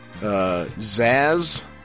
Zaz